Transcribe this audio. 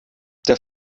der